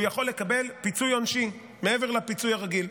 הוא יכול לקבל פיצוי עונשין מעבר לפיצוי הרגיל.